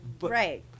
right